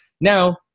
Now